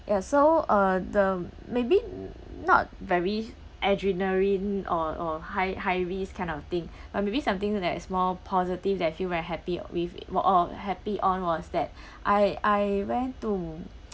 ya so uh the maybe not very adrenaline or or high high risk kind of thing or maybe something that is more positive that I feel very happy with what all happy on was that I I went to